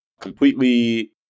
completely